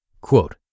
quote